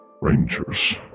Rangers